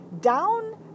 down